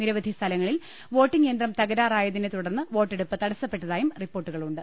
നിരവധി സ്ഥലങ്ങളിൽ വോട്ടിംഗ് യന്ത്രം തകരാറായതിനെ തുടർന്ന് വോട്ടെടുപ്പ് തടസ്സപ്പെട്ടതായും റിപ്പോർട്ടുകളുണ്ട്